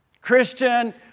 Christian